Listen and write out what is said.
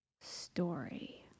story